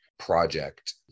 project